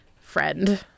friend